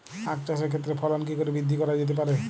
আক চাষের ক্ষেত্রে ফলন কি করে বৃদ্ধি করা যেতে পারে?